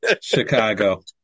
Chicago